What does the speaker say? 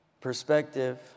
Perspective